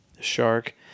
shark